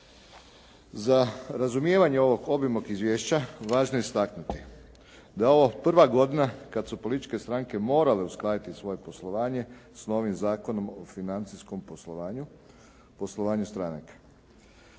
Za razumijevanje ovog obimnog izvješća važno je istaknuti da je ovo prva godina kada su političke stranke morale uskladiti svoje poslovanje s novim Zakonom o financijskom poslovanju,